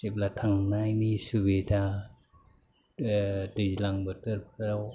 जेब्ला थांनायनि सुबिदा दैज्लां बोथोरफोराव